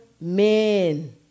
men